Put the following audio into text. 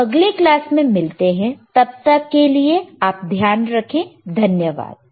तो अगले क्लास में मिलते हैं तब तक के लिए आप अपना ध्यान रखें धन्यवाद